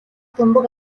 бөмбөг